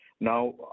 Now